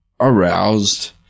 aroused